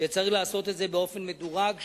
שצריך לעשות את זה באופן מדורג,